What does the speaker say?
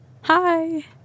hi